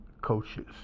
coaches